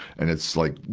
and it's like,